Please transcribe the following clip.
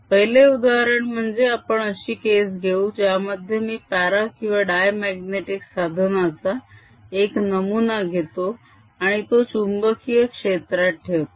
पहिले उदाहरण म्हणजे आपण अशी केस घेऊ ज्यामध्ये मी प्यारा किंवा डायमाग्नेटीक साधनाचा एक नमुना घेतो आणि तो चुंबकीय क्षेत्रात ठेवतो